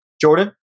Jordan